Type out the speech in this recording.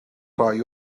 rhai